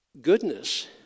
goodness